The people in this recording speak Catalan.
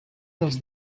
del